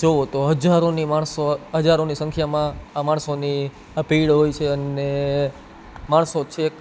જુઓ તો હજારોની માણસો હજારોની સંખ્યામાં આ માણસોની આ ભીડ હોય છે અને માણસો છેક